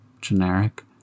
generic